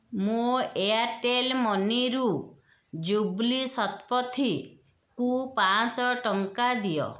ମୋ ଏୟାର୍ଟେଲ୍ ମନିରୁ ଜୁବ୍ଲି ଶତପଥୀଙ୍କୁ ପାଞ୍ଚଶହ ଟଙ୍କା ଦିଅ